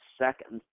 second